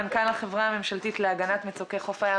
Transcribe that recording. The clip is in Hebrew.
מנכ"ל החברה הממשלתית להגנת מצוקי חוף הים